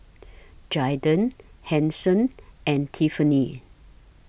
Zaiden Hanson and Tiffani